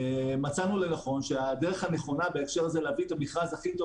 ומצאנו לנכון שהדרך הנכונה בהקשר הזה להביא את המכרז הכי טוב